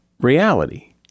reality